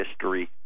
history